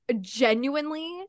genuinely